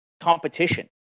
competition